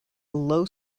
low